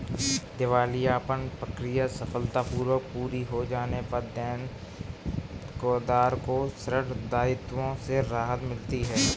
दिवालियापन प्रक्रिया सफलतापूर्वक पूरी हो जाने पर देनदार को ऋण दायित्वों से राहत मिलती है